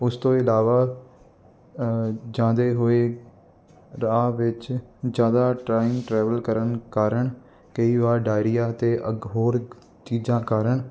ਉਸ ਤੋਂ ਇਲਾਵਾ ਜਾਂਦੇ ਹੋਏ ਰਾਹ ਵਿੱਚ ਜ਼ਿਆਦਾ ਟਾਈਮ ਟਰੈਵਲ ਕਰਨ ਕਾਰਨ ਕਈ ਵਾਰ ਡਾਇਰੀਆ ਅਤੇ ਅਗ ਹੋਰ ਚੀਜ਼ਾਂ ਕਾਰਨ